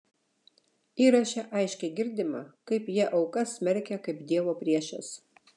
įraše aiškiai girdima kaip jie aukas smerkia kaip dievo priešes